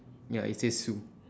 ya it says sue